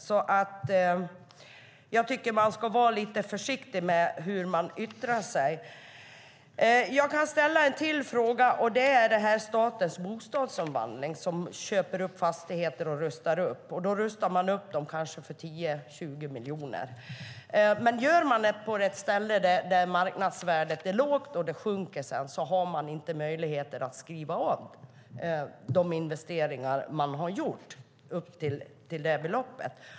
Jag tycker att man ska vara lite försiktig med hur man yttrar sig. Jag kan ställa en fråga till, och det gäller Statens Bostadsomvandling, som köper upp fastigheter och rustar upp. Man rustar upp dem för kanske 10-20 miljoner, men gör man det på ett ställe där marknadsvärdet är lågt och det sedan sjunker har man inte möjlighet att skriva av de investeringar man har gjort upp till det beloppet.